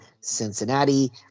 Cincinnati